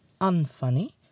unfunny